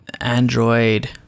android